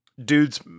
dude's